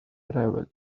arrival